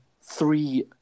three